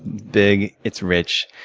big, it's rich.